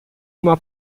uma